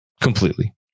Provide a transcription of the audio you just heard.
Completely